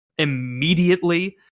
immediately